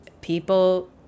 people